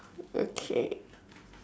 okay